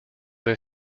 they